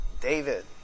David